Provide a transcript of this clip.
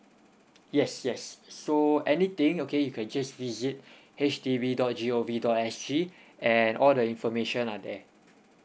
yes yes so anything okay you can just visit H D B dot G O V dot S G and all the information are then